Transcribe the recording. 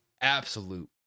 absolute